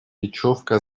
бечевка